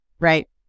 right